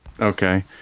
Okay